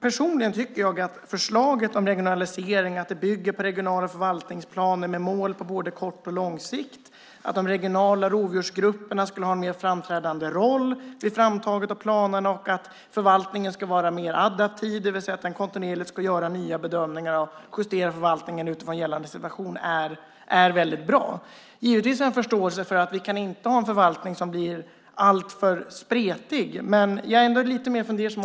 Personligen tycker jag att förslaget om regionalisering är väldigt bra. Det är bra att det bygger på regionala förvaltningsplaner med mål på både kort och lång sikt, att de regionala rovdjursgrupperna ska ha en mer framträdande roll vid framtagande av planerna och att förvaltningen ska vara mer adaptiv, det vill säga att den kontinuerligt ska göra nya bedömningar och justera förvaltningen utifrån gällande situation. Givetvis har jag en förståelse för att vi inte kan ha en förvaltning som blir alltför spretig. Men jag är ändå lite mer fundersam.